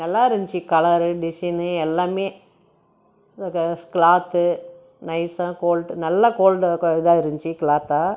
நல்லா இருந்துச்சு colour design எல்லாமே இந்த கிளாத்து நைசாக கோல்ட்டு நல்லா கோல்ட்டு இதாக இருந்துச்சு கிளாத்தாக